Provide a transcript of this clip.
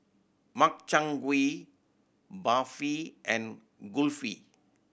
Makchang Gui Barfi and Kulfi